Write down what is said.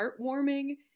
heartwarming